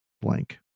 blank